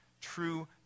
true